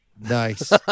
Nice